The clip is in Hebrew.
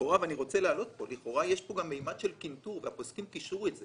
לכאורה יש פה ממד של קנטור והפוסקים גם שמו ליבם לכך.